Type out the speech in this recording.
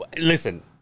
Listen